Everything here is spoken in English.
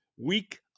week